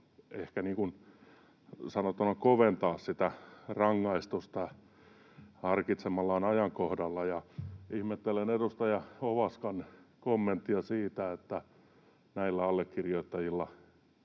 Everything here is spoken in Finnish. ehkä, sanotaan, koventaa sitä rangaistusta harkitsemallaan ajankohdalla. Ihmettelen edustaja Ovaskan kommenttia siitä, että näillä allekirjoittajilla